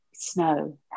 snow